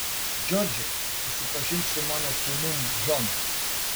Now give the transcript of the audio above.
džordžai susipažink su mano sūnum džonu